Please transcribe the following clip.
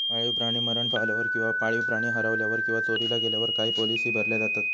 पाळीव प्राणी मरण पावल्यावर किंवा पाळीव प्राणी हरवल्यावर किंवा चोरीला गेल्यावर काही पॉलिसी भरल्या जातत